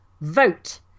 vote